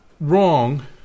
wrong